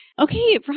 Okay